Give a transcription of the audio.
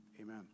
amen